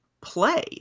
play